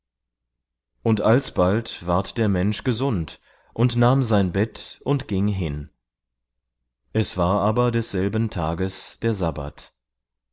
und alsbald ward der mensch gesund und nahm sein bett und ging hin es war aber desselben tages der sabbat